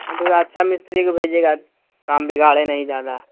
ہاں تو ذرا اچھا مستری کو بھیجیے گا کام بگاڑے نہیں زیادہ